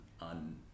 on